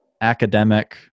academic